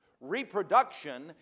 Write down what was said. Reproduction